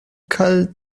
called